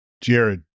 jared